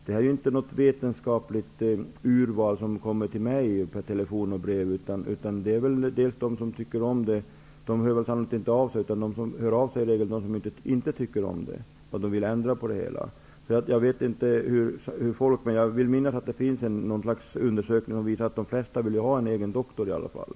Det är inte något vetenskapligt urval som tar kontakt med mig per telefon eller brev. De som tycker om systemet hör väl sannolikt inte av sig, utan de som hör av sig är i regel de som inte tycker om det och vill ändra på det hela. Jag vill minnas att det finns en undersökning som visar att de flesta i alla fall vill ha en egen doktor.